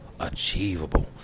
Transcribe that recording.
Achievable